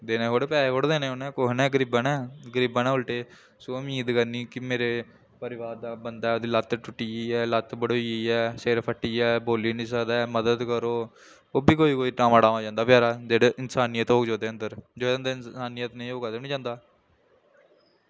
देने थोह्ड़े पैसे थोह्ड़े देने कुहै ने गरीबा ने गरीबै ने उल्टी सुगाआं उम्मीद करनी कि मेरे परिवार दा बंदा ऐ ओह्दी लत्त टुट्टी गेई ऐ लत्त बढोई गेई ऐ सिर फट्टी गेआ ऐ बोल्ली निं सकदा ऐ मदद करो ओह् बी कोई कोई टामां टामां जंदा बचैरा जेह्ड़ा इंसानियत होग जेह्दे अन्दर जेह्दे अन्दर इंसानियत निं ओह् कदें निं जंदा